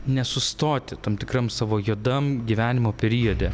nesustoti tam tikram savo juodam gyvenimo periode